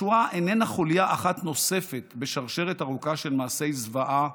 השואה איננה חולייה אחת נוספת בשרשרת ארוכה של מעשי זוועה,